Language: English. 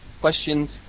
questions